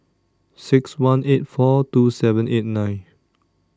six one eight four two seven eight nine